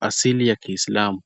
asili ya kiislamu.